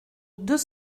deux